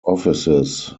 offices